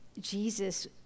Jesus